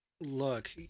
Look